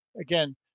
again